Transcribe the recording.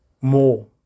more